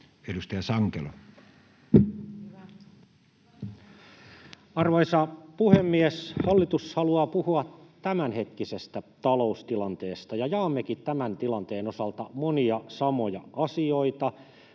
15:32 Content: Arvoisa puhemies! Hallitus haluaa puhua tämänhetkisestä taloustilanteesta, ja jaammekin tämän tilanteen osalta monia asioita.